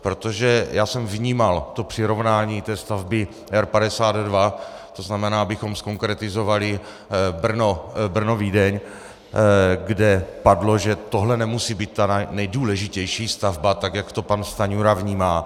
Protože já jsem vnímal přirovnání té stavby R52, to znamená, abychom zkonkretizovali Brno Vídeň, kde padlo, že tohle nemusí být ta nejdůležitější stavba, tak jak to pan Stanjura vnímá.